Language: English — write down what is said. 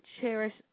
cherish